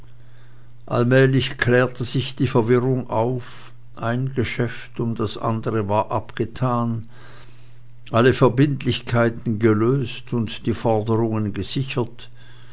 allmählich klärte sich die verwirrung auf ein geschäft um das andere war abgetan alle verbindlichkeiten gelöst und die forderungen gesichert